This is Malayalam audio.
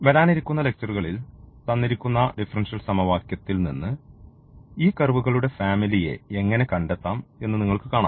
വരാനിരിക്കുന്ന ലെക്ച്ചറുകളിൽ തന്നിരിക്കുന്ന ഡിഫറൻഷ്യൽ സമവാക്യത്തിൽ നിന്ന് ഈ കർവുകളുടെ ഫാമിലിയെ എങ്ങനെ കണ്ടെത്താം എന്ന് നിങ്ങൾക്ക് കാണാം